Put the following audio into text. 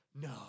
No